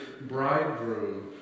bridegroom